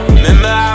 Remember